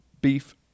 beef